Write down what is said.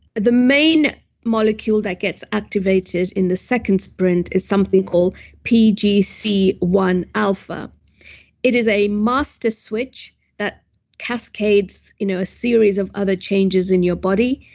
the main molecule that gets activated in the second sprint is something called pgc one point alpha it is a master switch that cascades you know a series of other changes in your body.